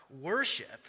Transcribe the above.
worship